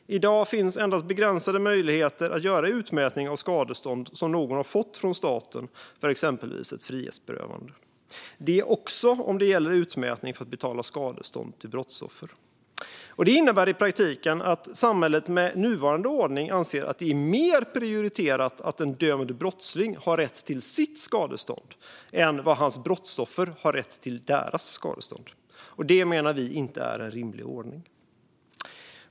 I dag finns endast begränsade möjligheter att göra en utmätning av skadestånd som någon har fått från staten, exempelvis för ett frihetsberövande. Det gäller även utmätning för att betala skadestånd till brottsoffer. Det innebär i praktiken att samhället med nuvarande ordning anser att det är prioriterat att en dömd brottsling har rätt till sitt skadestånd framför brottsoffrets rätt till sitt skadestånd. Vi menar att det inte är en rimlig ordning.